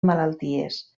malalties